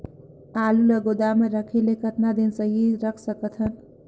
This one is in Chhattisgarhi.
आलू ल गोदाम म रखे ले कतका दिन सही रख सकथन?